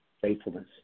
faithfulness